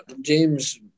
James